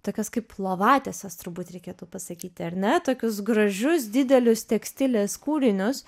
tokias kaip lovatieses turbūt reikėtų pasakyti ar ne tokius gražius didelius tekstilės kūrinius